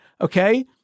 Okay